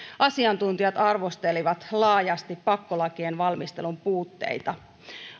asiantuntijat arvostelivat laajasti pakkolakien valmistelun puutteita